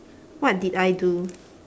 what did I do